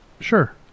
Sure